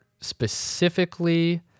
specifically